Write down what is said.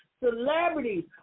Celebrities